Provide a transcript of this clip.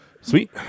Sweet